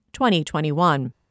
2021